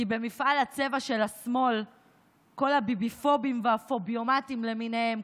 כי במפעל הצבע של השמאל כל הביביפוביה והפוביומטים למיניהם,